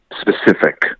specific